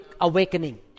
awakening